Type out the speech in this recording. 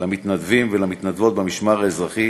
ולמתנדבים ולמתנדבות במשמר האזרחי,